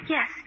Yes